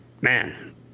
Man